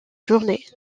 journée